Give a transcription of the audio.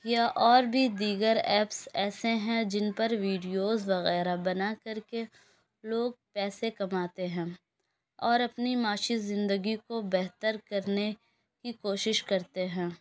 یا اور بھی دیگر ایپس ایسے ہیں جن پر ویڈیوز وغیرہ بنا کر کے لوگ پیسے کماتے ہیں اور اپنی معاشی زندگی کو بہتر کرنے کی کوشش کرتے ہیں